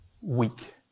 weak